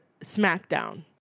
SmackDown